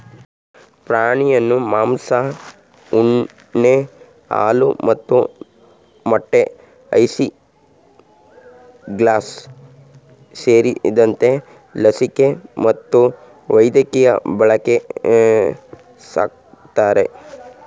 ಪ್ರಾಣಿಯನ್ನು ಮಾಂಸ ಉಣ್ಣೆ ಹಾಲು ಮತ್ತು ಮೊಟ್ಟೆಗಳು ಐಸಿಂಗ್ಲಾಸ್ ಸೇರಿದಂತೆ ಲಸಿಕೆ ಮತ್ತು ವೈದ್ಯಕೀಯ ಬಳಕೆಗೆ ಸಾಕ್ತರೆ